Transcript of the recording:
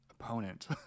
opponent